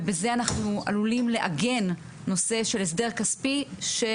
ובזה אנחנו עלולים לעגן נושא של הסדר כספי שהוא